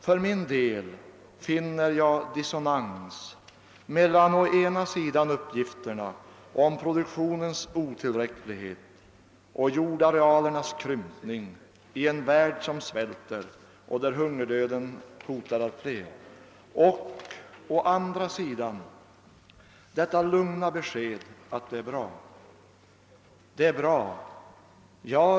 För min del finner jag dissonans mellan å ena sidan uppgifterna om produktionens otillräcklighet och jordarealernas krympning i en värld som svälter och där hungerdöden hotar allt fler och å andra sidan detta lugna besked att allt är bra.